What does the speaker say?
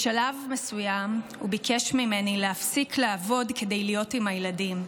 בשלב מסוים הוא ביקש ממני להפסיק לעבוד כדי להיות עם הילדים,